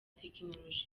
tekinoloji